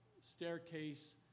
staircase